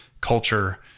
culture